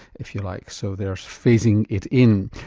if you like. so they're phasing it in.